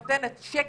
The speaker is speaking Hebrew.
פרנסה נותנת שקט,